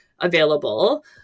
available